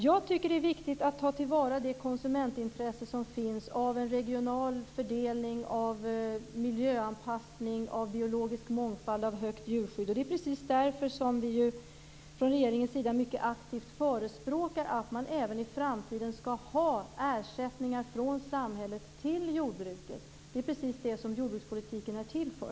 Jag tycker att det är viktigt att man tar till vara det konsumentintresse som finns av en regional fördelning, av miljöanpassning, av biologisk mångfald och av en hög grad av djurskydd. Det är precis därför som vi från regeringen mycket aktivt förespråkar att man även i framtiden skall ha ersättningar från samhället till jordbruket. Det är precis det som jordbrukspolitiken är till för.